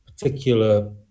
particular